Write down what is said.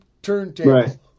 turntable